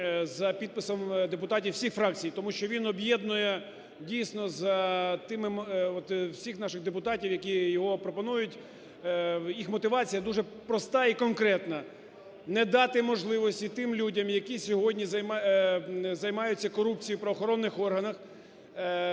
за підписом депутатів усіх фракцій, тому що він об'єднує дійсно всіх наших депутатів, які його пропонують, їх мотивація дуже проста і конкретна, не дати можливості тим людям, які сьогодні займаються корупцією в правоохоронних органах,